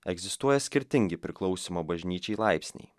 egzistuoja skirtingi priklausymo bažnyčiai laipsniai